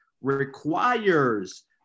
requires